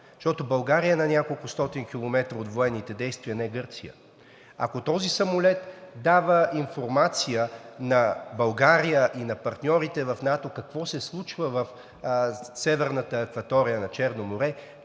защото България е на няколкостотин километра от военните действия, а не Гърция. Ако този самолет дава информация на България и на партньорите в НАТО какво се случва в северната акватория на Черно море,